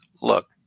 look